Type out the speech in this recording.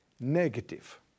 negative